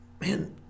man